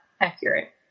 accurate